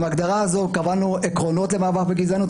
עם ההגדרה הזאת קבענו עקרונות למאבק בגזענות,